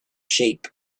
shape